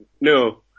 No